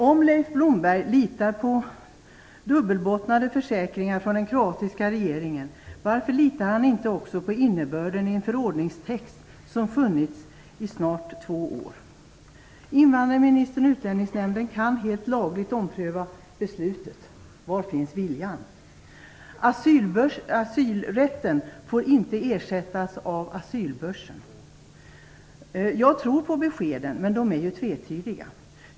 Om Leif Blomberg litar på dubbelbottnade försäkringar från den kroatiska regeringen, varför litar han då inte också på innebörden i en förordningstext som funnits i snart två år? Invandrarministern och Utlänningsnämnden kan helt lagligt ompröva beslutet. Var finns viljan? Asylrätten får inte ersättas av asylbörsen. Jag tror på beskeden, men de är ju tvetydiga.